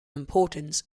importance